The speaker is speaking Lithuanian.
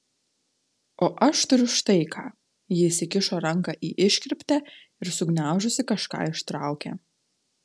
o aš turiu štai ką ji įsikišo ranką į iškirptę ir sugniaužusi kažką ištraukė